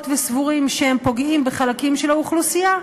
וסבורים שהם פוגעים בחלקים של האוכלוסייה,